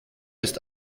ist